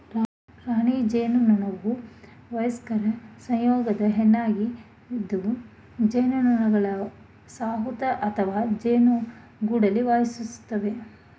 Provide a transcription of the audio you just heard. ರಾಣಿ ಜೇನುನೊಣವುವಯಸ್ಕ ಸಂಯೋಗದ ಹೆಣ್ಣಾಗಿದ್ದುಜೇನುನೊಣಗಳವಸಾಹತುಅಥವಾಜೇನುಗೂಡಲ್ಲಿವಾಸಿಸ್ತದೆ